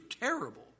terrible